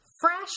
fresh